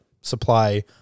supply